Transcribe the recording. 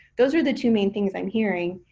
those are the two main things i'm hearing.